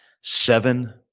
seven